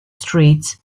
streets